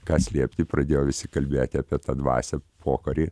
ką slėpti pradėjo visi kalbėti apie tą dvasią pokarį